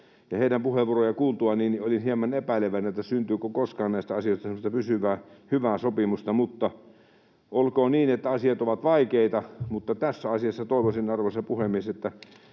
heidän puheenvuorojaan kuultuani olin hieman epäileväinen, että syntyykö koskaan näistä asioista semmoista pysyvää, hyvää sopimusta. Mutta olkoon niin, että asiat ovat vaikeita, mutta tässä asiassa toivoisin, arvoisa puhemies, että